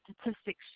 statistics